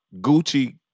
Gucci